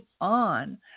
on